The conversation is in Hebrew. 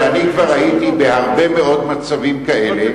שאני כבר הייתי בהרבה מאוד מצבים כאלה,